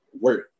work